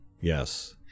Yes